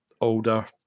older